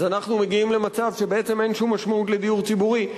אז אנחנו מגיעים למצב שבעצם אין שום משמעות לדיור ציבורי,